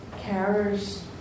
Carers